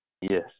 Yes